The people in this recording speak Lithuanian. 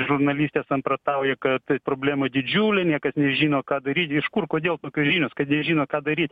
žurnalistė samprotauja kad problema didžiulė niekas nežino ką daryt iš kur kodėl tokios žinios kad nežino ką daryt